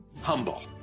humble